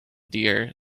deer